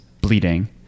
bleeding